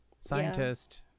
Scientist